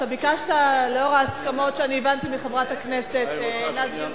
לאור ההסכמות, אני הבנתי מחברת הכנסת עינת וילף,